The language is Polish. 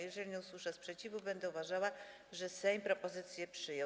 Jeżeli nie usłyszę sprzeciwu, będę uważała, że Sejm propozycję przyjął.